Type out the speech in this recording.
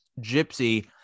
Gypsy